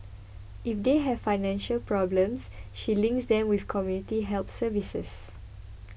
if they have financial problems she links them with community help services